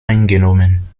eingenommen